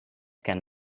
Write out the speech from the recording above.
can